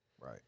Right